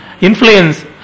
influence